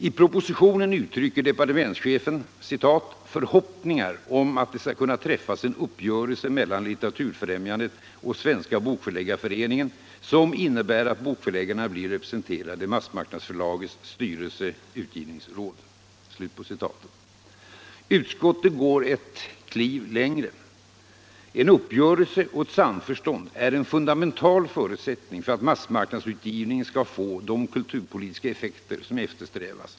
I propositionen uttrycker departementschefen ”förhoppningar om att det skall kunna träffas en uppgörelse mellan Litteraturfrämjandet och Svenska bokförläggareföreningen som innebär att bokförläggarna blir representerade i massmarknadsförlagets styrelse/utgivningsråd”. Utskottet tar ett kliv längre. En uppgörelse och ett samförstånd är en fundamental förutsättning för att massmarknadsutgivningen skall få de kulturpolitiska effekter som eftersträvas.